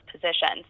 positions